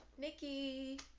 Nikki